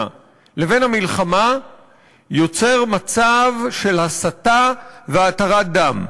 לבין המלחמה יוצר מצב של הסתה והתרת דם.